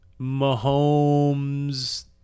Mahomes